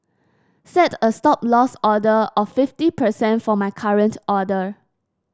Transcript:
set a Stop Loss order of fifty percent for my current order